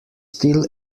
still